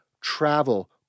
travel